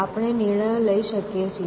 આપણે નિર્ણયો લઈ શકીએ છીએ